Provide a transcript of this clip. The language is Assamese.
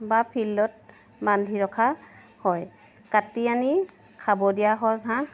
বা ফিল্ডত বান্ধি ৰখা হয় কাটি আনি খাব দিয়া হয় ঘাঁহ